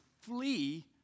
Flee